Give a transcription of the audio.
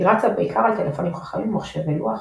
היא רצה בעיקר על טלפונים חכמים ומחשבי לוח,